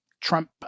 Trump